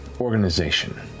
organization